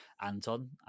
Anton